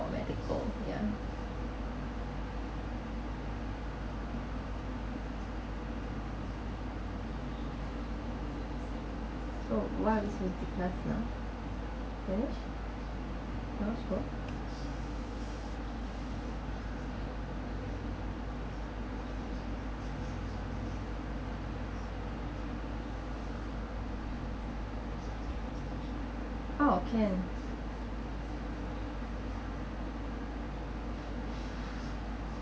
or medical ya so why are !ow! cam